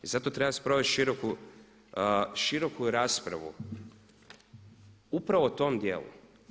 I zato treba sprovesti široku raspravu upravo o tom dijelu.